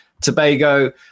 Tobago